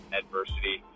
adversity